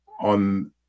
on